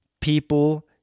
People